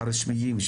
הרשמיים,